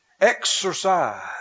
Exercise